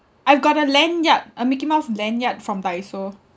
I've got a lanyard a mickey mouse lanyard from Daiso